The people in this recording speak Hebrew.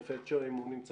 מישהו מרת"א נמצא